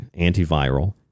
antiviral